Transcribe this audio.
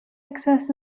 excess